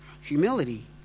Humility